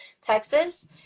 Texas